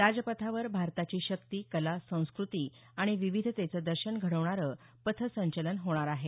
राजपथावर भारताची शक्ती कला संस्कृती आणि विविधतेचं दर्शन घडवणारं पथसंचलन होणार आहे